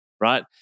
right